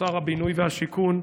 שר הבינוי והשיכון,